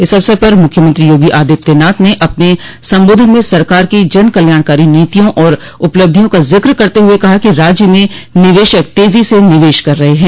इस अवसर पर मुख्यमंत्री योगी आदित्यनाथ ने अपने संबोधन में सरकार की जन कल्याणकारी नीतियों और उपलब्धियों का जिक्र करते हुए कहा कि राज्य में निवेशक तेजो से निवेश कर रहे हैं